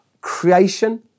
Creation